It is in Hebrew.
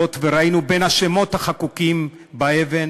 המצבות וראינו בין השמות החקוקים באבן